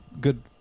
good